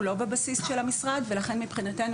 הוא לא בבסיס של המשרד ולכן מבחינתנו,